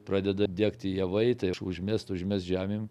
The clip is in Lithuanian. pradeda degti javai tai užmest užmest žemėm